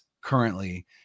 currently